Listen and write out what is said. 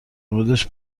موردش